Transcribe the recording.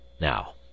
now